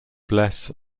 bless